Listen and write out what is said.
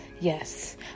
Yes